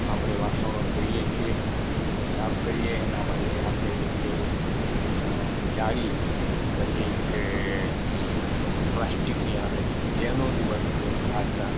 આપણે વાસણો ધોઇએ છીએ એને સાફ કરીએ એના માટે આપણે જે અં ગાડી ક જે એક પ્લાસ્ટિકની આવે છે તેનો જ બને તેમ આજના